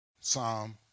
Psalm